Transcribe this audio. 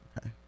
Okay